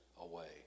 away